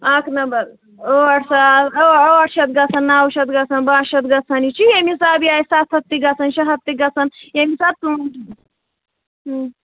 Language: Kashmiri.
اَکھ نَمبر ٲٹھ ساس ٲ ٲٹھ شَتھ گژھان نَو شَتھ گژھان بَہہ شَتھ گژھان یہِ چھِ ییٚمہِ حِسابہٕ یہِ آسہِ سَتھ ہَتھ تہِ گژھان شےٚ ہَتھ تہِ گژھان ییٚمہِ حِسابہٕ کٲم